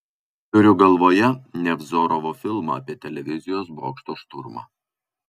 turiu galvoje nevzorovo filmą apie televizijos bokšto šturmą